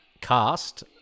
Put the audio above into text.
cast